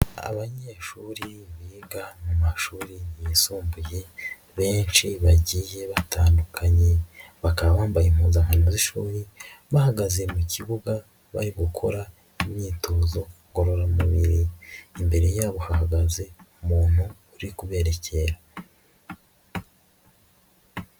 Abanyeshuri biga mu mashuri yisumbuye benshi bagiye batandukanye, bakaba bambaye impuzankando z'ishuri, bahagaze mu kibuga bari gukora imyitozo ngororamubiri, imbere yabo hahagaze umuntu uri kuberekera.